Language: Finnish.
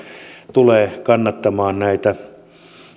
tulee kannattamaan näitä